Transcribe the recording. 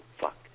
fuck